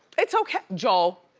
it's okay. joel?